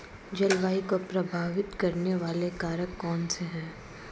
जलवायु को प्रभावित करने वाले कारक कौनसे हैं?